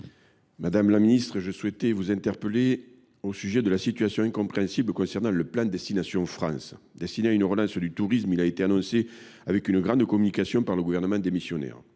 Madame la ministre, je souhaite vous interpeller au sujet de la situation incompréhensible que subit le plan Destination France. Destiné à une relance du tourisme, ce plan a été annoncé, à grand renfort de communication, par le gouvernement démissionnaire.